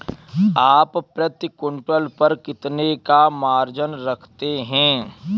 आप प्रति क्विंटल पर कितने का मार्जिन रखते हैं?